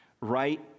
right